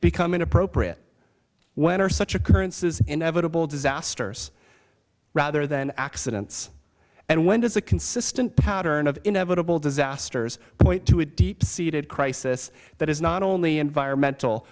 become inappropriate when are such occurrences inevitable disasters rather than accidents and when does a consistent pattern of inevitable disasters point to a deep seated crisis that is not only environmental